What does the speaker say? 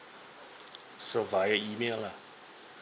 so via email lah